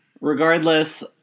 Regardless